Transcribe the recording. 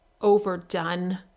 overdone